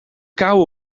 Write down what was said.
kauwen